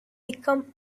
become